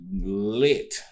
lit